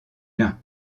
lin